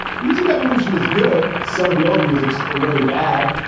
music evolution is good. some of the old musics are really bad.